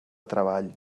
treball